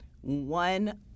one